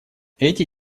эти